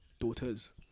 daughters